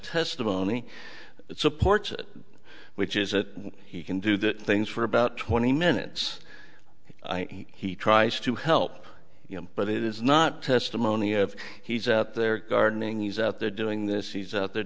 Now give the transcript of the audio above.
testimony supports which is that he can do the things for about twenty minutes he tries to help you know but it is not testimony if he's out there gardening he's out there doing this he's out there